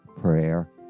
prayer